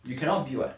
you cannot be [what]